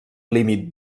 límit